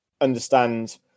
understand